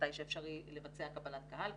מתי שאפשרי לבצע קבלת קהל.